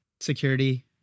security